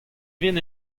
vin